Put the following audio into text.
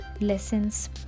lessons